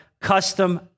custom